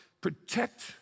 protect